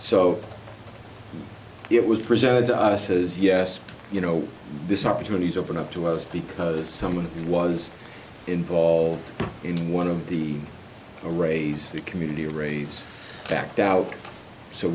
so it was presented to us as yes you know this opportunities open up to us because someone who was involved in one of the arrays the community arrays backed out so